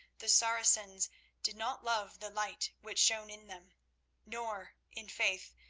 the saracens did not love the light which shone in them nor, in faith,